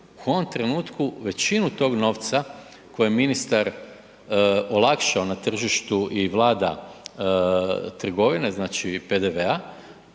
U ovom trenutku većinu tog novca koji je ministar olakšao na tržištu i vlada trgovine znači PDV-a